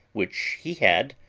which he had,